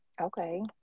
Okay